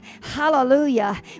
Hallelujah